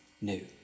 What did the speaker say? new